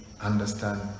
understand